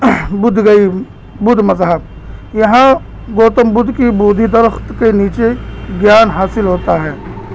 بدھ گیا بدھ مذہب یہاں گوتم بدھ کی بودھی درخت کے نیچے گیان حاصل ہوتا ہے